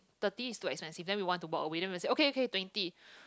thirty is too expensive then we want to walk away then they will say okay okay twenty